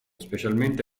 specialmente